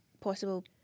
possible-